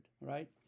right